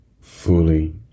fully